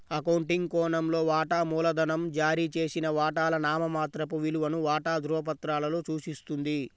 accounting కోణంలో, వాటా మూలధనం జారీ చేసిన వాటాల నామమాత్రపు విలువను వాటా ధృవపత్రాలలో సూచిస్తుంది